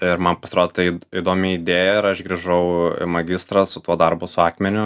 ir man pasirodė tai įdomi idėja ir aš grįžau į magistrą su tuo darbu su akmeniu